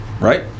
right